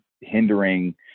hindering